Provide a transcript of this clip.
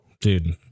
Dude